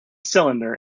cylinder